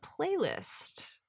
playlist